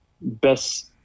best